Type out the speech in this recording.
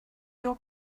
your